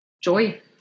Joy